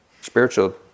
spiritual